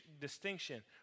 distinction